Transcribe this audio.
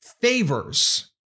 favors